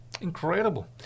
Incredible